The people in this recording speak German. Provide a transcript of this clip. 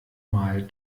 mal